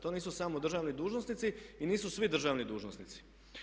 To nisu samo državni dužnosnici i nisu svi državni dužnosnici.